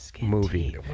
movie